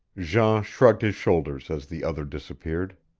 jean shrugged his shoulders as the other disappeared.